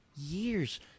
years